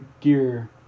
gear